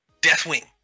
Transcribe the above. Deathwing